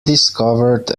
discovered